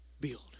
Build